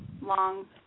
long